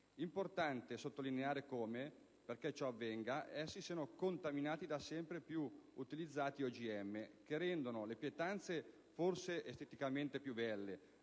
importante sottolineare come, perché ciò avvenga, essi siano contaminati dai sempre più utilizzati OGM, che rendono le pietanze, forse, esteticamente più belle,